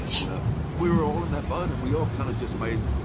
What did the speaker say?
you know we were all in that boat. and we all kind of just made,